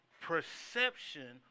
perception